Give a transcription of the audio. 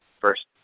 first